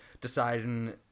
deciding